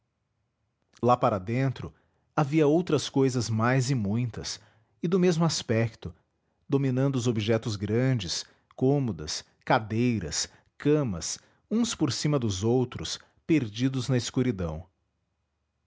lá para dentro havia outras cousas mais e muitas e do mesmo aspecto dominando os objetos grandes cômodas cadeiras camas uns por cima dos outros perdidos na escuridão